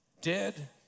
dead